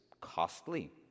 costly